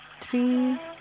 three